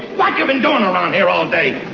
what you've been doing um um here all day